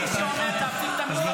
מי שאומר שצריך להפסיק את המלחמה עכשיו,